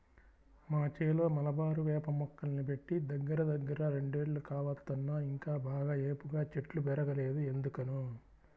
మా చేలో మలబారు వేప మొక్కల్ని బెట్టి దగ్గరదగ్గర రెండేళ్లు కావత్తన్నా ఇంకా బాగా ఏపుగా చెట్లు బెరగలేదు ఎందుకనో